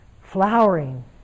flowering